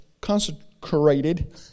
consecrated